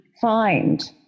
find